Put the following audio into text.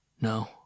No